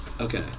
Okay